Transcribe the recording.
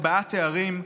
ארבעה תארים,